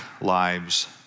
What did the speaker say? lives